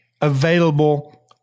available